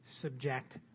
subject